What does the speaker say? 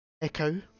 Echo